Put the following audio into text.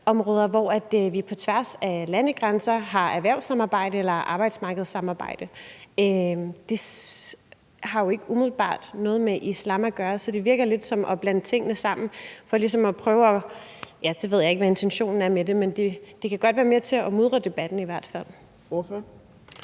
områder, som vi på tværs af landegrænser har et erhvervssamarbejde eller arbejdsmarkedssamarbejde om. Det har jo ikke umiddelbart noget med islam at gøre, så det virker lidt, som om man blander tingene sammen. Jeg ved ikke, hvad intentionen er med det, men det kan i hvert fald godt være med til at mudre debatten. Kl.